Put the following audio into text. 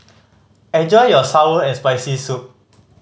enjoy your sour and Spicy Soup